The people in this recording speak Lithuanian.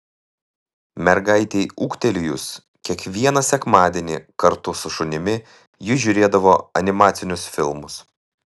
mergaitei ūgtelėjus kiekvieną sekmadienį kartu su šunimi ji žiūrėdavo animacinius filmus